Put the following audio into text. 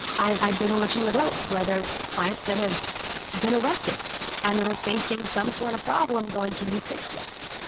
i've i've been on a few of those, where there are clients that have been arrested and that are facing some sort of problem, going, can you fix this?